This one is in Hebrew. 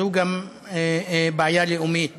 זו גם בעיה לאומית